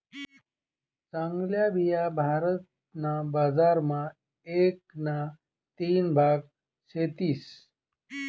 चांगल्या बिया भारत ना बजार मा एक ना तीन भाग सेतीस